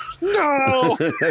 no